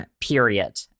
period